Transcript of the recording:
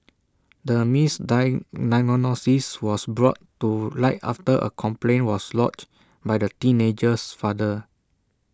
the misdiagnosis was brought to light after A complaint was lodged by the teenager's father